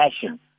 passion